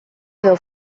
edo